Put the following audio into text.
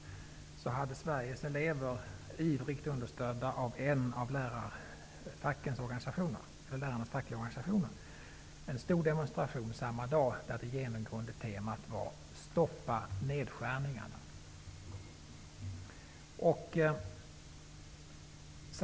anordnade Sveriges elever, ivrigt understödda av en av lärarnas fackliga organisationer, en stor demonstration där det genomgående temat var Stoppa nedskärningarna.